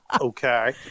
Okay